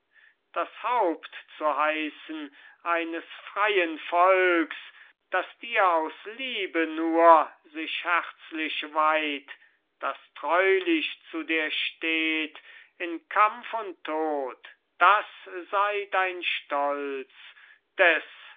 das haupt zu heissen eines freien volks das dir aus liebe nur sich herzlich weiht das treulich zu dir steht in kampf und tod das sei dein stolz des